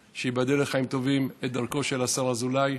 שייבדל לחיים טובים, ממשיך את דרכו של השר אזולאי.